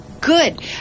good